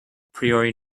priori